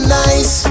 nice